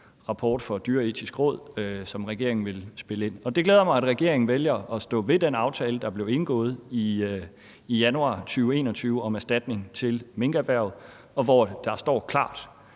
rapport fra Det Dyreetiske Råd, som regeringen vil spille ind med. Det glæder mig, at regeringen vælger at stå ved den aftale, der blev indgået i januar 2021, om erstatning til minkerhvervet, og hvor der klart